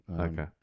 Okay